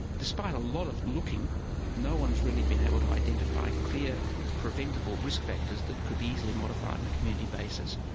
despite a lot of looking no one's really been able to identify clear preventable risk factors that could be easily modified on and a community basis.